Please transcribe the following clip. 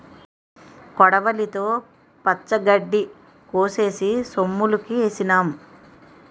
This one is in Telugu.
కొడవలితో పచ్చగడ్డి కోసేసి సొమ్ములుకేసినాం